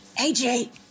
AJ